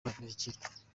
indashyikirwa